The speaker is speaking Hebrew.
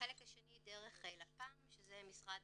והחלק השני דרך לפ"מ, שזה משרד